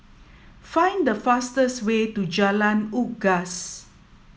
find the fastest way to Jalan Unggas